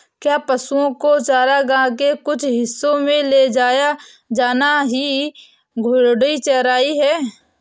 क्या पशुओं को चारागाह के कुछ हिस्सों में ले जाया जाना ही घूर्णी चराई है?